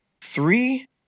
three